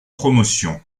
promotion